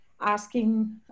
asking